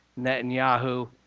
Netanyahu